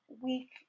week